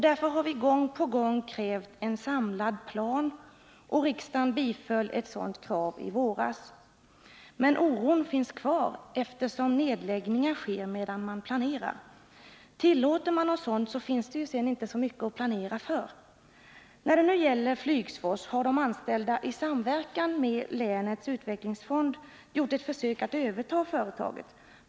Därför har vi gång på gång krävt en samlad plan, och riksdagen biföll ett sådant krav i våras. Men oron finns dock kvar, eftersom nedläggningar sker medan man planerar. Tillåter man något sådant så finns det ju sedan inte mycket att planera för. När det nu gäller Flygsfors har de anställda i samverkan med länets utvecklingsfond gjort ett försök att överta företaget.